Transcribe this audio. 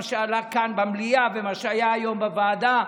מה שעלה כאן במליאה ומה שהיה היום בוועדה,